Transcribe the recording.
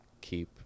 keep